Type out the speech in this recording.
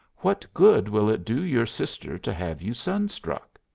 what good will it do your sister to have you sunstruck?